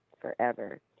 forever